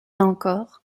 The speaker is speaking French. encore